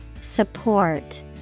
Support